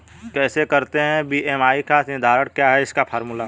कैसे करते हैं बी.एम.आई का निर्धारण क्या है इसका फॉर्मूला?